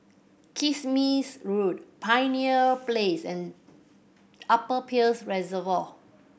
Kismis Road Pioneer Place and Upper Peirce Reservoir